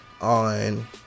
on